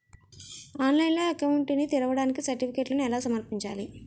ఆన్లైన్లో అకౌంట్ ని తెరవడానికి సర్టిఫికెట్లను ఎలా సమర్పించాలి?